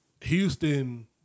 Houston